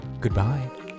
Goodbye